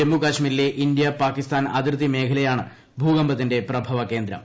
ജമ്മു കാശ്മീരിലെ ഇന്ത്യ പാകിസ്ഥാൻ അതിർത്തി മേഖലയാണ് ഭൂകമ്പത്തിന്റെ പ്രഭവകേന്ദ്രം